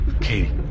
Katie